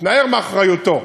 התנער מאחריותו.